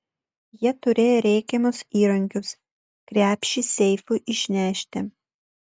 jie turėjo reikiamus įrankius krepšį seifui išnešti